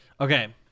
Okay